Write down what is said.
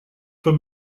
for